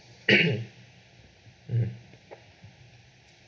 mm